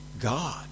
God